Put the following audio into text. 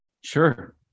Sure